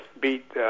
beat